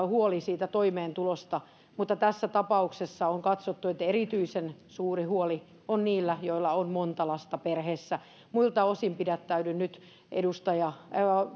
huoli toimeentulosta mutta tässä tapauksessa on katsottu että erityisen suuri huoli on niillä joilla on monta lasta perheessä muilta osin pidättäydyn nyt